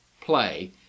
play